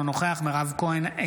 אינו נוכח מירב כהן,